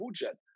budget